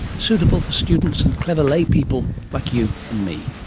suitable for students and clever laypeople like you and me.